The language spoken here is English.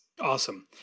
Awesome